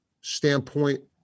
standpoint